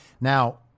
Now